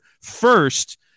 first